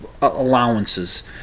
allowances